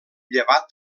llevat